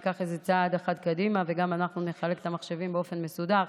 ניקח את זה צעד אחד קדימה וגם אנחנו נחלק את המחשבים באופן מסודר.